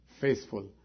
faithful